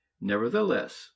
Nevertheless